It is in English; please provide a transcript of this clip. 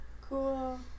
Cool